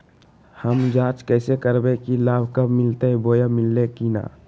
हम जांच कैसे करबे की लाभ कब मिलते बोया मिल्ले की न?